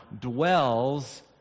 dwells